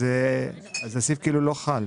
אז הסעיף כאילו לא חל.